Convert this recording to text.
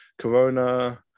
Corona